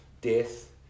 death